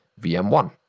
VM1